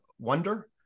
wonder